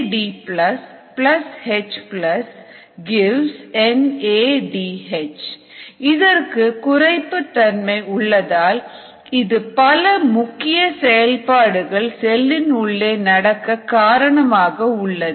NAD H NADH இதற்கு குறைப்பு தன்மை உள்ளதால் இது பல முக்கிய செயல்பாடுகள் செல்லின் உள்ளே நடக்க காரணமாக உள்ளது